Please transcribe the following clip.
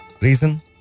Reason